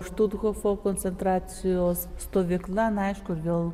štuthofo koncentracijos stovykla na aišku ir vėl